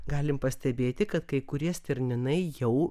galim pastebėti kad kai kurie stirninai jau